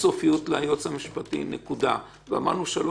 תוסיף תמיד עוד 8 שנים,